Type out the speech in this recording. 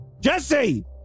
Jesse